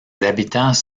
habitants